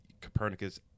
Copernicus